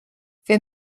wir